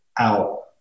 out